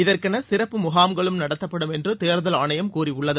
இதற்கௌ சிறப்பு முகாம்களும் நடத்தப்படும் என்று தேர்தல் ஆணையம் கூறியுள்ளது